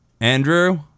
Andrew